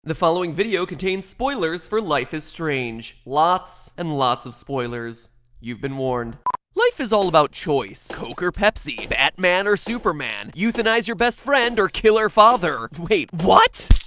the following video contains spoilers for life is strange lots and lots of spoilers you have been warned life is all about choice coke or pepsi? batman or superman? euthanize you best friend or kill her father? wait what?